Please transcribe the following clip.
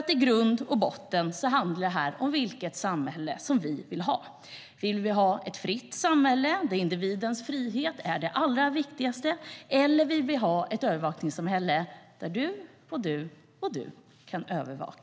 I grund och botten handlar det här om vilket samhälle vi vill ha. Vill vi ha ett fritt samhälle där individens frihet är det allra viktigaste, eller vill vi ha ett samhälle där du, du och du kan övervakas?